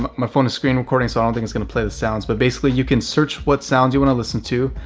my phone is screen recording so i don't think it's going to play the sounds, but basically you can search what sounds you want to listen to.